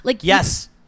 yes